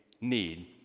need